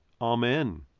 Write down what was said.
Amen